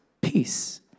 peace